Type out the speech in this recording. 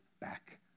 back